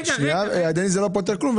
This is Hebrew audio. הידני לא פותר כלום.